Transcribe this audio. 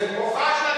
התקשורת,